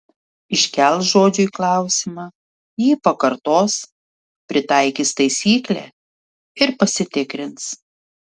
iškels žodžiui klausimą jį pakartos pritaikys taisyklę ir pasitikrins